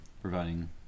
providing